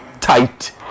tight